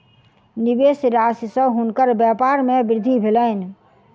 निवेश राशि सॅ हुनकर व्यपार मे वृद्धि भेलैन